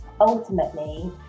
Ultimately